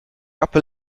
upper